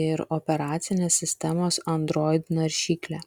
ir operacinės sistemos android naršyklė